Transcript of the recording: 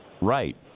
Right